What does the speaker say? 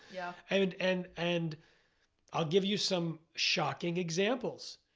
yeah and and and i'll give you some shocking examples.